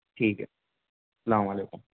ٹھیک ہے اسلام وعلیکم